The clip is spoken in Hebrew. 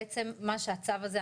בעצם הצו הזה,